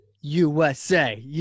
usa